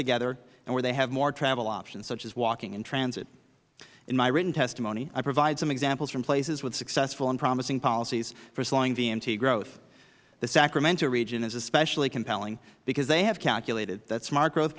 together and where they have more travel options such as walking and transit in my written testimony i provide some examples from places with successful and promising policies for slowing vmt growth the sacramento region is especially compelling because they have calculated that smar